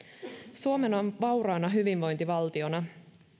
suomen on vauraana hyvinvointivaltiona